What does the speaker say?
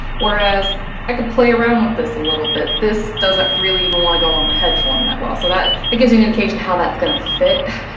whereas i can play around with this a little bit. this doesn't really even wanna go on the head form that well, so that, it gives you an indication how that's gonna fit.